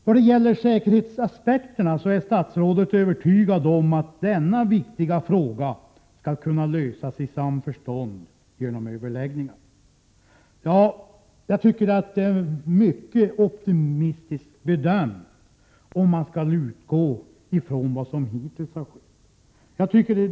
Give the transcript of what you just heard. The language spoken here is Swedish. Vad gäller säkerhetsaspekterna är statsrådet övertygad om att denna viktiga fråga skall lösas i samförstånd genom överläggningar. Det är en mycket optimistisk bedömning, med tanke på vad som hittills har skett.